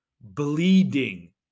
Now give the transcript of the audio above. Bleeding